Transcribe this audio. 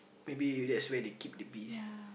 maybe that's where they keep the bees